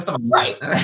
Right